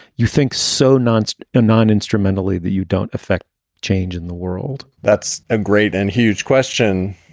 you think so? not anon instrumentally that you don't affect change in the world that's a great and huge question,